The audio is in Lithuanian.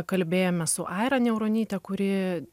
kalbėjome su aira niauronyte kuri